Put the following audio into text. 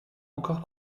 encore